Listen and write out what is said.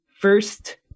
first